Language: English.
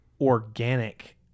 organic